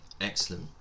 Excellent